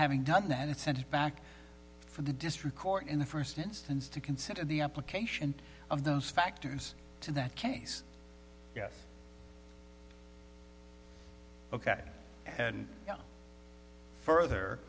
having done that it sent it back for the district court in the first instance to consider the application of those factors to that case yes ok and further